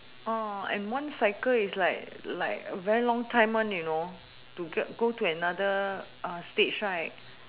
oh and one cycle is like like very long time one you know to get go to another uh stage right